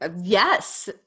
Yes